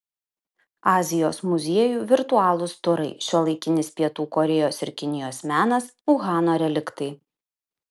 azijos muziejų virtualūs turai šiuolaikinis pietų korėjos ir kinijos menas uhano reliktai